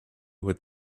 with